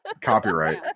Copyright